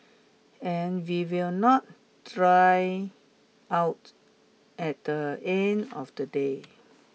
and we will not dry out at the end of the day